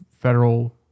federal